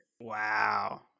Wow